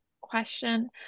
question